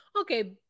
okay